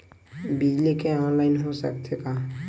बिजली के ऑनलाइन हो सकथे का?